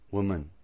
Woman